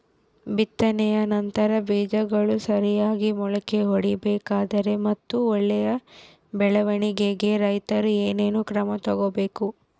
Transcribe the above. ಬಿತ್ತನೆಯ ನಂತರ ಬೇಜಗಳು ಸರಿಯಾಗಿ ಮೊಳಕೆ ಒಡಿಬೇಕಾದರೆ ಮತ್ತು ಒಳ್ಳೆಯ ಬೆಳವಣಿಗೆಗೆ ರೈತರು ಏನೇನು ಕ್ರಮ ತಗೋಬೇಕು?